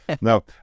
No